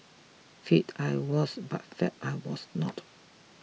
fit I was but fab I was not